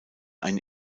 eine